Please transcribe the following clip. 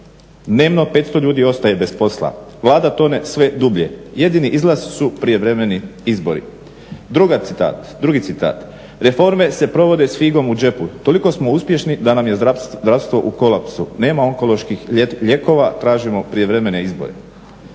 Dnevno 500 ljudi ostaje bez posla, Vlada tone sve dublje. Jedini izlaz su prijevremeni izbori. Drugi citat. Reforme se provode sa figom u džepu. Toliko smo uspješni da nam je zdravstvo u kolapsu, nema onkoloških lijekova, tražimo prijevremene izbore.